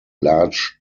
large